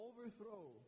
overthrow